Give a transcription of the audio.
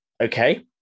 okay